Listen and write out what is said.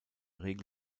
regel